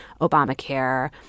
Obamacare